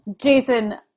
Jason